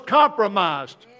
compromised